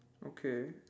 okay